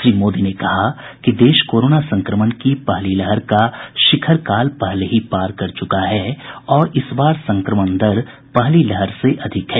श्री मोदी ने कहा कि देश कोरोना संक्रमण की पहली लहर का शिखर काल पहले ही पार कर चुका है और इस बार संक्रमण दर पहली लहर से अधिक है